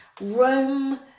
Rome